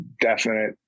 definite